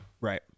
Right